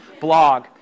blog